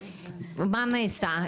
מה נעשה?